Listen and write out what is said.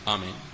Amen